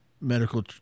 medical